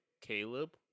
caleb